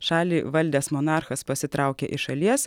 šalį valdęs monarchas pasitraukė iš šalies